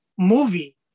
movie